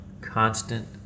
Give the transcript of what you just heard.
constant